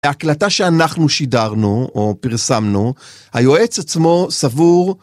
להקלטה שאנחנו שידרנו או פרסמנו היועץ עצמו סבור